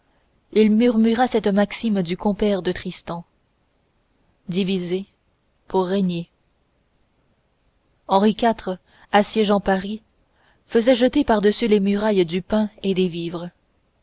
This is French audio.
il murmura cette maxime du compère de tristan diviser pour régner henri iv assiégeant paris faisait jeter par-dessus les murailles du pain et des vivres